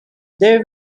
there